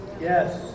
Yes